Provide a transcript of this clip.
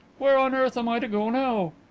where on earth am i to go now?